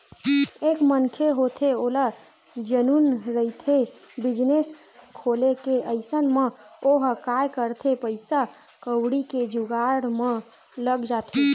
एक मनखे होथे ओला जनुन रहिथे बिजनेस खोले के अइसन म ओहा काय करथे पइसा कउड़ी के जुगाड़ म लग जाथे